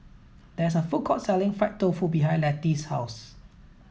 there is a food court selling fried tofu behind Lettie's house